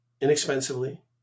inexpensively